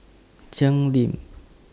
Cheng Lim